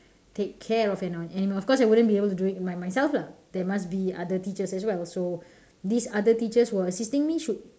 take care of an animal of course I wouldn't be able to do by myself lah there must be other teachers as well so these other teachers who are assisting me should